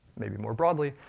maybe more broadly,